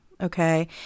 Okay